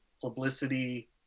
publicity